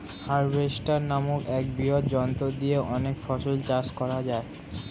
harvester নামক এক বৃহৎ যন্ত্র দিয়ে অনেক ফসল চাষ করা যায়